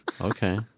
Okay